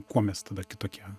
kuo mes tada kitokie